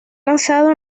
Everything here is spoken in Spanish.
lanzado